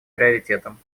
приоритетом